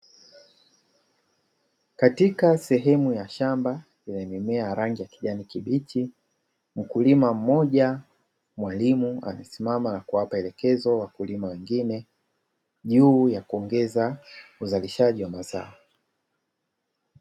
Katika sehemu ya shamba, yenye mimea ya rangi ya kijani kibichi. Mkulima mmoja mwalimu, amesimama na kuwapa maelekezo wakulima wengine, juu ya kuongeza uzalishaji wa mazao.